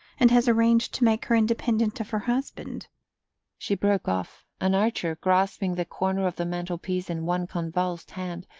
and has arranged to make her independent of her husband she broke off, and archer, grasping the corner of the mantelpiece in one convulsed hand,